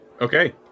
Okay